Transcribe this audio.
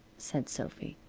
said sophy.